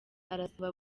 arasaba